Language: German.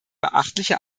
beachtliche